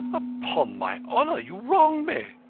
upon my honour, you wrong me.